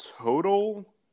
total